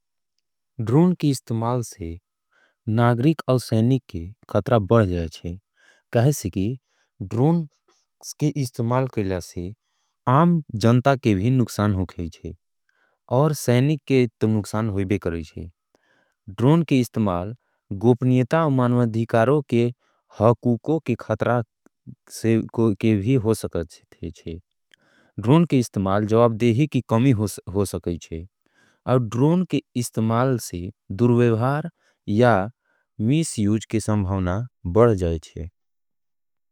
ड्रोन के इस्तमाल से नागरिक और सैनिक के ख़त्रा बढ़ जाया है। कहेंसे कि ड्रोन के इस्तमाल के लिए से आम जन्ता के भी नुक्सान हो गया है। और सैनिक के तो नुक्सान हो भी गया है। ड्रोन के इस्तमाल गोपनियता और मानवद्धिकारों के हकूकों के ख़त्रा के भी हो सकती थे। ड्रोन के इस्तमाल जवाबदेही की कमी हो सकी थे। और ड्रोन के इस्तमाल से दुरवेवार या मिस्यूज की संभावना बढ़ जाये थे।